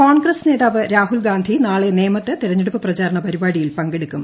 കോൺഗ്രസ് നേതാവ് രാഹുൽ ഗാന്ധി നാളെ നേമത്ത് തിരഞ്ഞെടുപ്പ് പ്രചാരണ പരിപാടിയിൽ പങ്കെടുക്കും